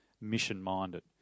mission-minded